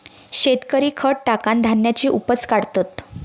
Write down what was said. शेतकरी खत टाकान धान्याची उपज काढतत